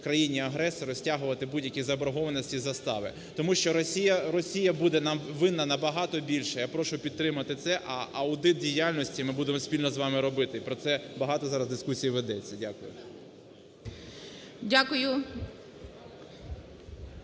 країні-агресору стягувати будь-які заборгованості, застави. Тому що Росія буде нам винна набагато більше. Я прошу підтримати це. А аудит діяльності ми будемо спільно з вами робити, і про це багато зараз дискусій ведеться. Дякую.